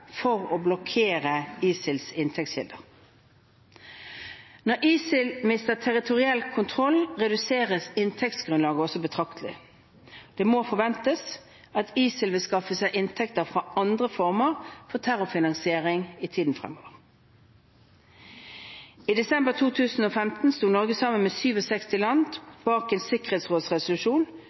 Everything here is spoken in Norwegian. for å blokkere ISILs inntektskilder. Når ISIL mister territoriell kontroll, reduseres også inntektsgrunnlaget betraktelig. Det må forventes at ISIL vil skaffe seg inntekter fra andre former for terrorfinansiering i tiden fremover. I desember 2015 sto Norge sammen med 67 land bak en sikkerhetsrådsresolusjon